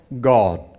God